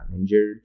injured